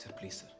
please,